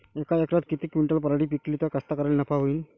यका एकरात किती क्विंटल पराटी पिकली त कास्तकाराइले नफा होईन?